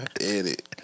Edit